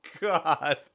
God